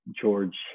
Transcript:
George